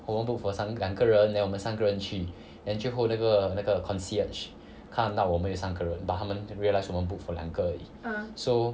我们 book for 三两个人 then 我们三个人去 then 最后那个那个 concierge 看到我们有三个人 but 他们 realize 我们 book for 两个而已 so